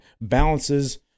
balances